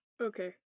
okay